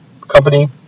company